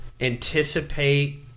anticipate